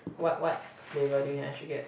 what what flavor did you actually get